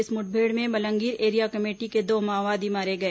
इस मुठभेड़ में मलंगीर एरिया कमेटी के दो माओवादी मारे गए